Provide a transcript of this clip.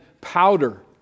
powder